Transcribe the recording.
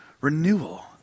renewal